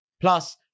Plus